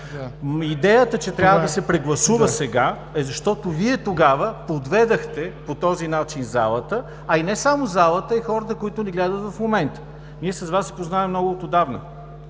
Идеята, че трябва да се прегласува сега, е, защото Вие тогава подведохте по този начин залата, а и не само залата, а и хората, които ни гледат в момента. Ние с Вас се познаваме много отдавна,